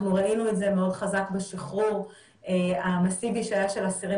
אנחנו ראינו את זה מאוד חזק בשחרור המסיבי שהיה של אסירים